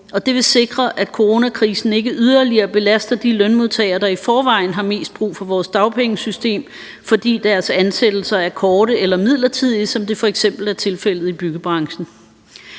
Det vil sikre, at coronakrisen ikke yderligere belaster de lønmodtagere, der i forvejen har mest brug for vores dagpengesystem, fordi deres ansættelser er korte eller midlertidige, som det f.eks. er tilfældet i byggebranchen.